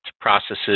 processes